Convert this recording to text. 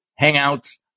Hangouts